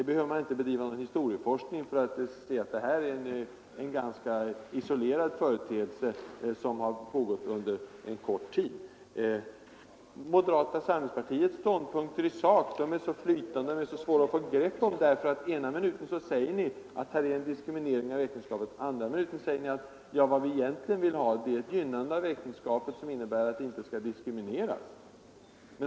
Man behöver inte bedriva någon historieforskning för att se att den här kampanjen är en ganska isolerad företeelse, som pågått under en kort tid. Moderata samlingspartiets ståndpunkter i sak i denna fråga är flytande och svåra att få grepp om. Ena minuten säger ni att det föreligger en diskriminering av äktenskapet, andra minuten säger ni att vad ni egentligen vill ha är ett gynnande av äktenskapet, men det skall tydligen bara innebära att det inte skall diskrimineras.